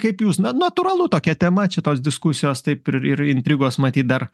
kaip jūs na natūralu tokia tema čia tos diskusijos taip ir ir intrigos matyt dar